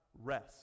rest